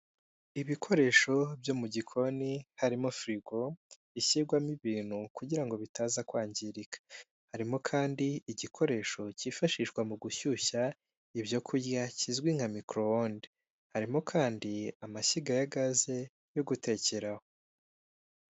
Ibikoresho byo mu gikoni harimo firigo ishyirwamo ibintu kugira ngo bitaza kwangirika, harimo kandi igikoresho cyifashishwa mu gushyushya ibyo kurya kizwi nka mikorowonde, harimo kandi amashyiga ya gaze yo gutekeraho.